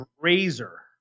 Razor